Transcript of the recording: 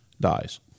dies